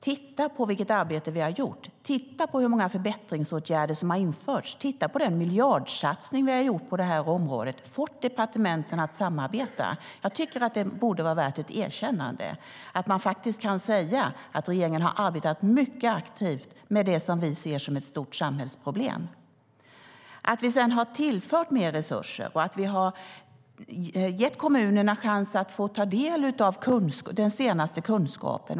Titta på vilket arbete vi har gjort och hur många förbättringsåtgärder som har införts. Titta på den miljardsatsning vi har gjort på området där vi har fått departementen att samarbeta. Det borde vara värt ett erkännande. Regeringen har arbetat mycket aktivt med det som vi ser som ett stort samhällsproblem. Vi har tillfört mer resurser och gett kommunerna chans att få ta del av den senaste kunskapen.